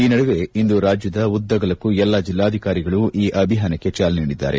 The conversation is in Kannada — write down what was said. ಈ ನಡುವೆ ಇಂದು ರಾಜ್ಯದ ಉದ್ದಗಲಕ್ಕೂ ಎಲ್ಲಾ ಜಿಲ್ಲಾಧಿಕಾರಿಗಳು ಈ ಅಭಿಯಾನಕ್ಕೆ ಚಾಲನೆ ನೀಡಿದ್ದಾರೆ